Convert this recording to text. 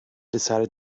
decided